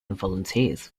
volunteers